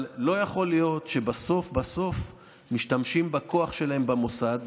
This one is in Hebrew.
אבל לא יכול להיות שבסוף בסוף משתמשים בכוח שלהם במוסד.